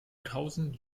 tausend